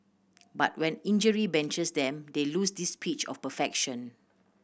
but when injury benches them they lose this pitch of perfection